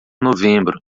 novembro